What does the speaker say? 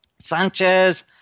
Sanchez